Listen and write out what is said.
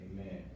Amen